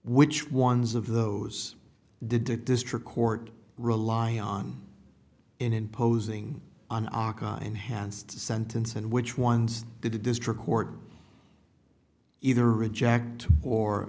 which ones of those did the district court rely on in imposing an aka enhanced sentence and which ones the district court either reject or